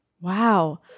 Wow